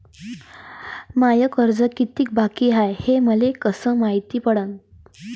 माय कर्ज कितीक बाकी हाय, हे मले कस मायती पडन?